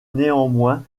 néanmoins